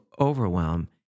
overwhelm